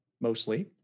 mostly